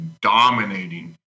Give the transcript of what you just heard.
dominating